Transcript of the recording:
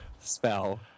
spell